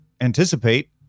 anticipate